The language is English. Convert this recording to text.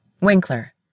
Winkler